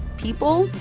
people,